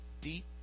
deep